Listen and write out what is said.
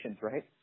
right